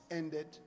ended